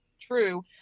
true